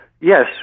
Yes